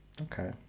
okay